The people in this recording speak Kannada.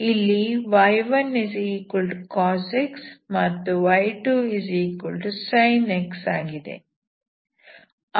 ಇಲ್ಲಿ y1cos x ಮತ್ತು y2sin x ಆಗಿದೆ